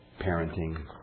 parenting